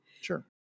Sure